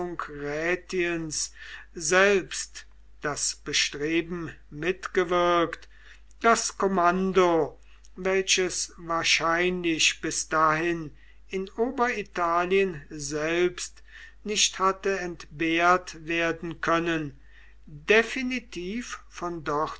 selbst das bestreben mitgewirkt das kommando welches wahrscheinlich bis dahin in oberitalien selbst nicht hatte entbehrt werden können definitiv von dort